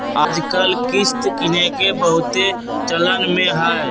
याजकाल किस्त किनेके बहुते चलन में हइ